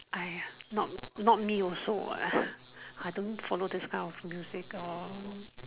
!aiya! not not me also what I don't follow this kind of music or